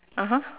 (uh huh)